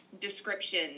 description